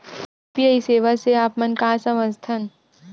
UPI सेवा से आप मन का समझ थान?